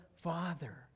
Father